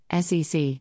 SEC